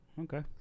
Okay